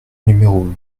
numéros